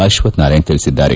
ಅಶ್ವಕ್ಷನಾರಾಯಣ್ ತಿಳಿಸಿದ್ದಾರೆ